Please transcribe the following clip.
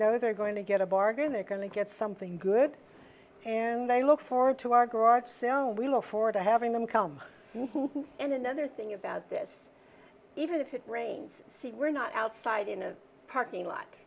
know they're going to get a bargain they're going to get something good and they look forward to our garage sale we look forward to having them come in another thing about this even if it rains see we're not outside in a parking lot